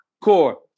core